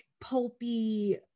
pulpy